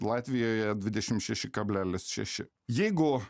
latvijoje dvidešimt šeši kablelis šeši jeigu